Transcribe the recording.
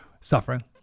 suffering